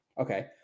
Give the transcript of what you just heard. Okay